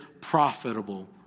profitable